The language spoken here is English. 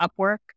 Upwork